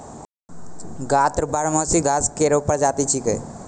गन्ना बारहमासी घास केरो प्रजाति छिकै